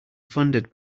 funded